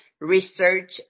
research